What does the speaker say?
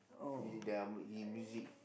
he their he music